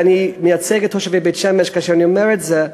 ואני מייצג את תושבי בית-שמש כאשר אני אומר את זה,